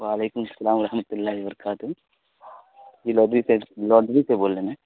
وعلیکم السلام و رحمتہ اللہ و برکاتہ جی لاڈری سے لاڈری سے بول رہے ہیں